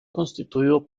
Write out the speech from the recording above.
constituido